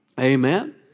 Amen